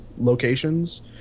locations